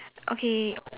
okay